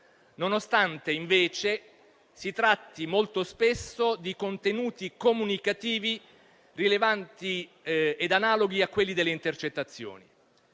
nonostante invece si tratti molto spesso di contenuti comunicativi rilevanti ed analoghi a quelli delle intercettazioni.